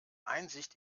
einsicht